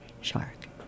shark